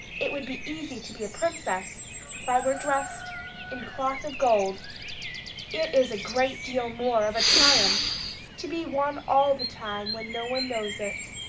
it would be easy to be a princess if i were dressed in cloth-of-gold it is a great deal more of a triumph to be one all the time when no one knows it.